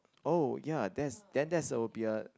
oh ya that's then that's a will be a